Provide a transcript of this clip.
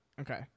Okay